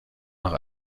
nach